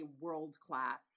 world-class